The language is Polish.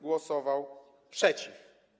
Głosował przeciw.